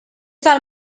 val